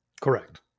Correct